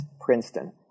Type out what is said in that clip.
Princeton